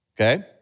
okay